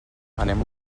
anem